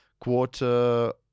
quarter